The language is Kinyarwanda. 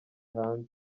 hanze